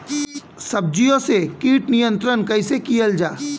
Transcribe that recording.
सब्जियों से कीट नियंत्रण कइसे कियल जा?